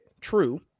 True